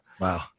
Wow